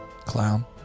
clown